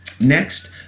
next